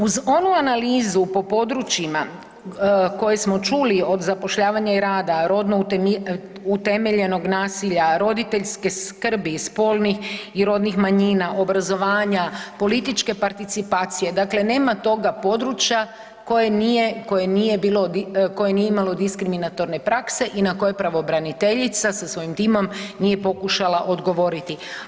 Uz onu analizu po područjima koje smo čuli od zapošljavanja i rada, rodnog utemeljenog nasilja, rodiljske skrbi, spolnih i rodnih manjina, obrazovanja, političke participacije, dakle nema toga područja koje nije, koje nije imalo diskriminatorne prakse i na koje pravobraniteljica sa svojim timom nije pokušala odgovoriti.